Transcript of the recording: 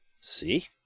See